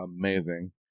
amazing